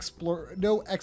no